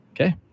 Okay